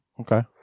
Okay